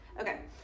Okay